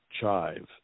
chive